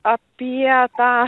apie tą